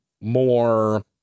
more